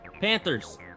Panthers